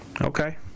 Okay